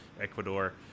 Ecuador